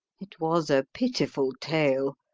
it was a pitiful tale.